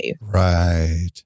Right